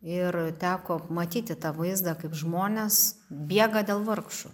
ir teko matyti tą vaizdą kaip žmonės bėga dėl vargšų